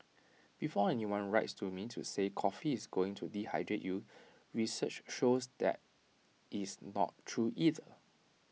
before anyone writes to me to say coffee is going to dehydrate you research shows that is not true either